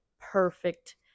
perfect